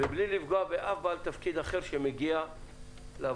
ובלי לפגוע באף בעל תפקיד אחר שמגיע לוועדה,